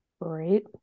great